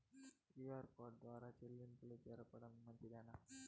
QR code ద్వారా చెల్లింపులు జరపడం మంచిదేనా?